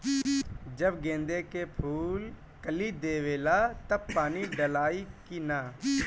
जब गेंदे के फुल कली देवेला तब पानी डालाई कि न?